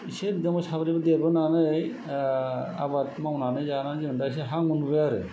इसे बिदा फंबाय साब्रैबो देरबोनानै आबाद मावनानै जानानै जों दा इसे हां मोनबोबाय आरो